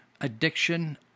addiction